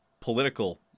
political